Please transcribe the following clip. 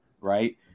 right